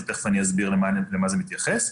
ותיכף אני אסביר למה זה מתייחס.